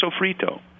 sofrito